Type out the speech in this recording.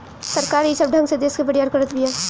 सरकार ई सब ढंग से देस के बरियार करत बिया